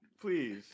Please